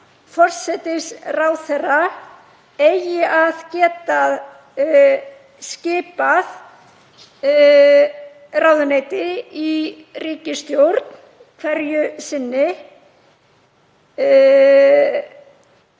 hann að forsætisráðherra eigi að geta skipað ráðuneyti í ríkisstjórn hverju sinni